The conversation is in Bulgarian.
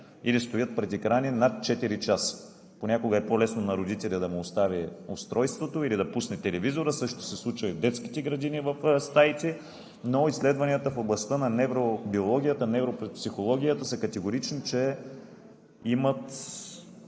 или стоят пред екрани над четири часа. Понякога е по-лесно на родителя да му остави устройството или да пусне телевизора. Същото се случва и в детските градини в стаите, но изследванията в областта на невробиологията, невропсихологията са категорични, че